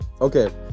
okay